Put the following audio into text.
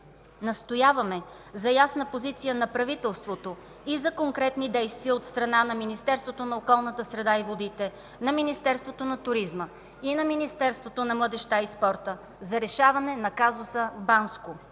Настояваме за ясна позиция на правителството и за конкретни действия от страна на Министерството на околната среда и водите, на Министерството на туризма и на Министерството на младежта и спорта за решаване на казуса Банско.